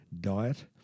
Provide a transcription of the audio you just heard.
diet